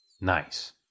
Nice